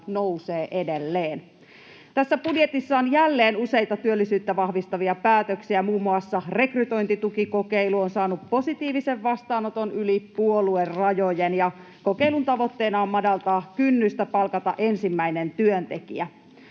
nousee edelleen. Tässä budjetissa on jälleen useita työllisyyttä vahvistavia päätöksiä. Muun muassa rekrytointitukikokeilu on saanut positiivisen vastaanoton yli puoluerajojen, ja kokeilun tavoitteena on madaltaa kynnystä palkata ensimmäinen työntekijä.